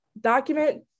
document